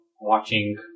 watching